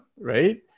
right